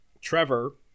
Trevor